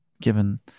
given